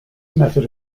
method